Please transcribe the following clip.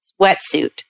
wetsuit